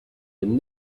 can